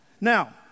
Now